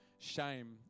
Shame